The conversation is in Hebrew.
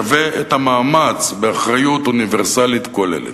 שווה את המאמץ באחריות אוניברסלית כוללת.